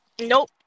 Nope